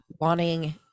wanting